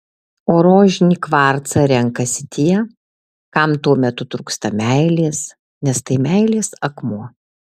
o rožinį kvarcą renkasi tie kam tuo metu trūksta meilės nes tai meilės akmuo